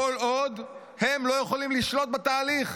כל עוד הם לא יכולים לשלוט בתהליך.